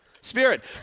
Spirit